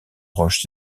roches